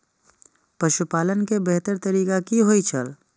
पशुपालन के बेहतर तरीका की होय छल?